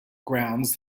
grounds